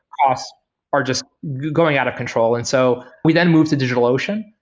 cost are just going out of control and so we then move to digitalocean.